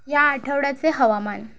या आठवड्याचे हवामान